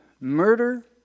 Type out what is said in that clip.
murder